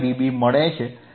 5dB મળે છે